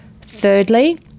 Thirdly